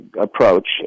approach